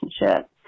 relationship